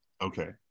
Okay